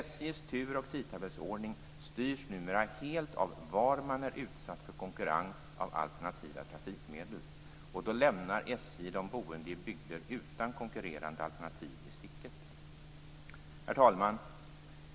SJ:s tur och tidtabellsordning styrs numera helt av var man är utsatt för konkurrens av alternativa trafikmedel. Därmed lämnar SJ de boende i bygder utan konkurrerande alternativ i sticket. Herr talman!